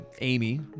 Amy